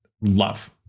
love